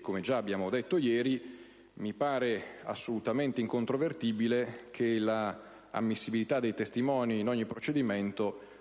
Come già abbiamo detto ieri, mi pare assolutamente incontrovertibile che l'ammissibilità dei testimoni in ogni procedimento